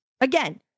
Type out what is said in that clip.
Again